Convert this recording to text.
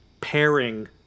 pairing